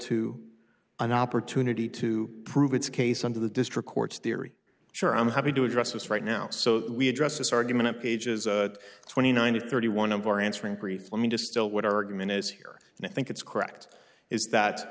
to an opportunity to prove its case under the district court's theory sure i'm having to address this right now so we address this argument pages twenty nine of thirty one of our answering prefer me to still what argument is here and i think it's correct is that